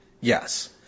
Yes